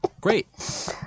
Great